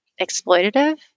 exploitative